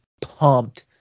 pumped